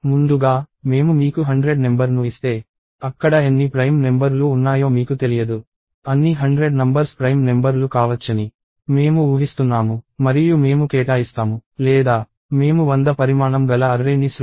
ముందుగా మేము మీకు 100 నెంబర్ ను ఇస్తే అక్కడ ఎన్ని ప్రైమ్ నెంబర్ లు ఉన్నాయో మీకు తెలియదు అన్ని 100 నంబర్స్ ప్రైమ్ నెంబర్ లు కావచ్చని మేము ఊహిస్తున్నాము మరియు మేము కేటాయిస్తాము లేదా మేము 100 పరిమాణం గల అర్రే ని సృష్టిస్తాము